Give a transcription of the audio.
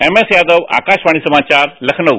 MS Yadav Akashvani समाचार लखनऊ